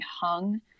hung